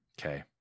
Okay